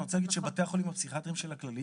אני רוצה להגיד שבתי החולים הפסיכיאטריים של הכללית,